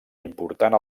important